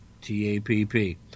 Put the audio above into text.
T-A-P-P